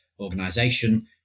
organization